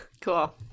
Cool